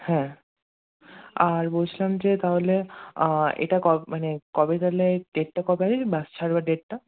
হ্যাঁ আর বলছিলাম যে তাহলে এটা ক মানে কবে বললে ডেটটা কবে ওই বাস ছাড়ার ডেটটা